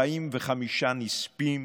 45 נספים